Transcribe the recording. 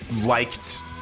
liked